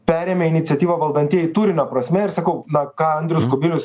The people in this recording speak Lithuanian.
perėmė iniciatyvą valdantieji turinio prasme ir sakau na ką andrius kubilius